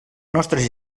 nostres